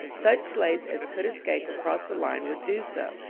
such slaves as could escape across the line would do so,